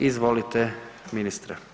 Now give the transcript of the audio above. Izvolite, ministre.